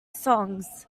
songs